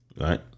Right